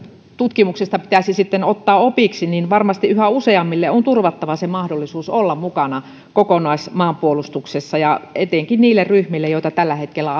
tutkimuksesta pitäisi sitten ottaa opiksi niin varmasti yhä useammalle on turvattava mahdollisuus olla mukana kokonaismaanpuolustuksessa ja etenkin niille ryhmille joita tällä hetkellä